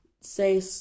say